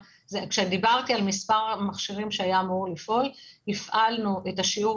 כשדיברתי על מספר המכשירים שהיה אמור לפעול הפעלנו את השיעור